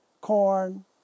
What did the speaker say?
corn